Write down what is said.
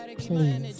please